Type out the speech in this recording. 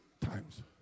times